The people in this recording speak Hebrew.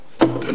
שלום.